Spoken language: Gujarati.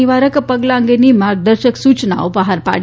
નિવારક પગલાં અંગેની માર્ગદર્શક સૂચનાઓ બહાર પાડી